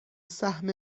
سهم